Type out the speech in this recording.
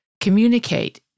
communicate